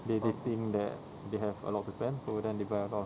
they they think that they have a lot to spend so then they buy a lot of